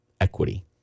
equity